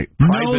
No